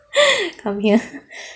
come here